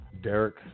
Derek